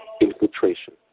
infiltration